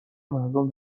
مردم